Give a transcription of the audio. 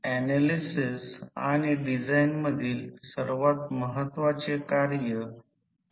तर ज्याला क्षैतिज प्रोजेक्शन म्हणतात त्याला घ्या म्हणून E 2 cos δ हे V2 असेल